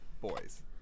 boys